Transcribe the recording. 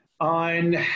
On